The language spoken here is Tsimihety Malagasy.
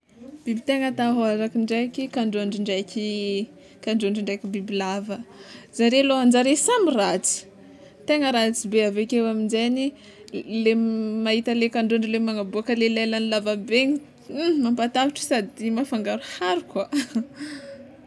Biby tegna atahôrako ndraiky kandrondro ndraiky kandrondro ndraiky bibilava zare lohanjare samy ratsy tegna ratsy be aveke aminjegny le mahita anle kandrondro le magnaboaka le lelany lavabe igny hum, mampatahotra sady mafangaroharo koa.